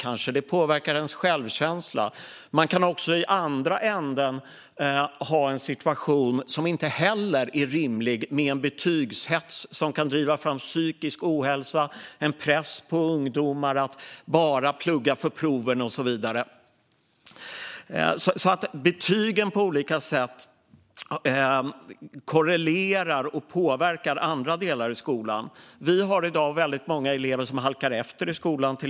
I andra ändan kan det vara en orimlig situation med betygshets som kan driva fram psykisk ohälsa, press på ungdomar att bara plugga för proven och så vidare. Betyg korrelerar och påverkar andra delar i skolan. I dag finns många elever som halkar efter i skolan.